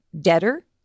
debtor